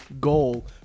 goal